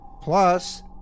Plus